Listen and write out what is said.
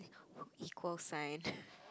equal sign